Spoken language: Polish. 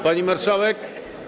Pani Marszałek!